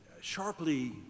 sharply